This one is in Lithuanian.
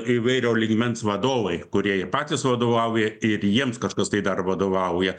įvairio lygmens vadovai kurie ir patys vadovauja ir jiems kažkas tai dar vadovauja